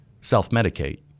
self-medicate